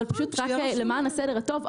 אבל למען הסדר הטוב,